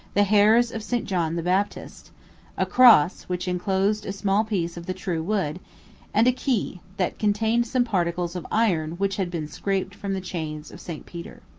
the hairs of st. john the baptist a cross, which enclosed a small piece of the true wood and a key, that contained some particles of iron which had been scraped from the chains of st. peter.